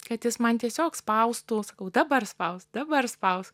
kad jis man tiesiog spaustų sakau dabar spausk dabar spausk